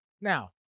Now